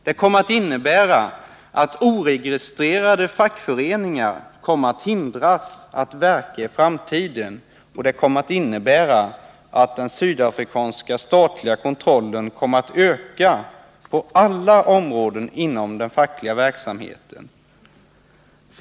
Det innebär att oregistrerade fackföreningar kommer att hindras att verka i framtiden och att den sydafrikanska statliga kontrollen kommer att öka på alla områden inom den fackliga verksamheten.